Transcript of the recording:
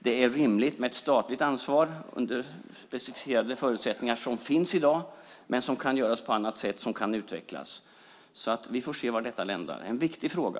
Det är rimligt med ett statligt ansvar under de specificerade förutsättningar som finns i dag, men de kan utvecklas. Vi får se var detta landar. Det är en viktig fråga.